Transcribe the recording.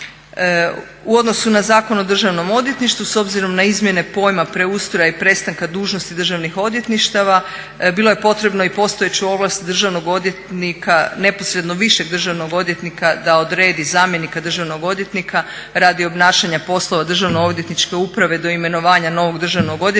U odnosu na Zakon o državnom odvjetništvu, s obzirom na izmjene pojma preustroja i prestanka dužnosti državnih odvjetništava bilo je potrebno i postojeću ovlast državnog odvjetnika neposredno višeg državnog odvjetnika da odredi zamjenika državnog odvjetnika radi obnašanja poslova državno odvjetničke uprave do imenovanja novog državnog odvjetnika